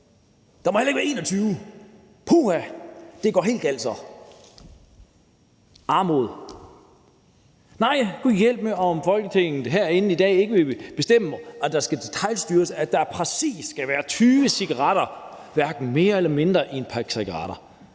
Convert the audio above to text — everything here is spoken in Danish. Der må heller ikke være 21 – puha, så går det helt galt, armod. Nej, gudhjælpemig, om Folketinget her i dag ikke vil bestemme og detailstyre, at der skal være præcis 20 cigaretter, hverken mere eller mindre, i en pakke cigaretter.